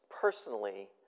personally